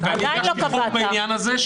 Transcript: אני הגשתי הצעת חוק בעניין הזה,